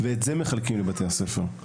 בבתי דפוס בחברון.